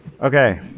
okay